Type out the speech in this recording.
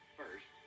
first